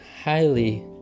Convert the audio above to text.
highly